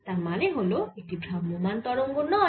তার মানে হল এটি ভ্রাম্যমাণ তরঙ্গ নয়